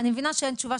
אני מבינה שאין תשובה,